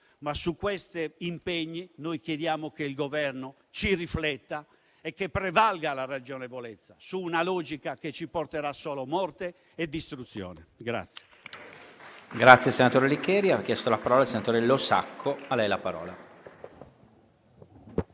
su tali impegni chiediamo però che il Governo rifletta e che prevalga la ragionevolezza su una logica che ci porterà solo morte e distruzione.